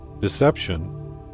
deception